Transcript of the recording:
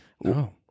No